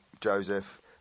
Joseph